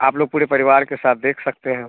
आप लोग पूरे परिवार के साथ देख सकते हैं